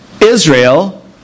Israel